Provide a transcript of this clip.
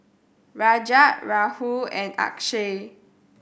Rajat Rahul and Akshay